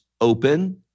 open